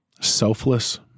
selfless